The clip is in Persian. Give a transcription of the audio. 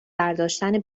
برداشتن